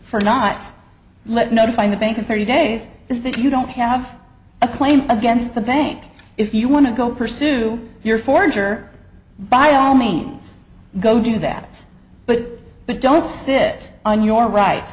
for not let notify the bank in thirty days is that you don't have a claim against the bank if you want to go pursue your forger by all means go do that but but don't sit on your rights